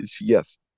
yes